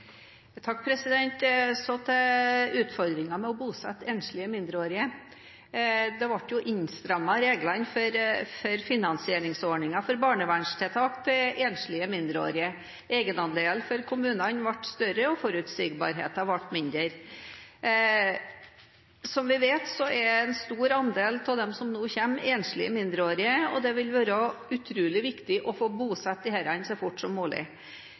enslige mindreårige ble strammet inn. Egenandelen for kommunen ble større, og forutsigbarheten ble mindre. Som vi vet, er en stor andel av dem som nå kommer, enslige mindreårige, og det vil være utrolig viktig å få bosatt dem så fort som